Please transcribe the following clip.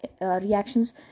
reactions